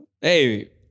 Hey